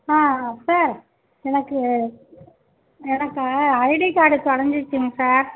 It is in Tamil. ஆ சார் எனக்கு எனக்கு ஐடி கார்டு தொலைஞ்சிச்சிங் சார்